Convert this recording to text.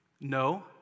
No